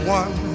one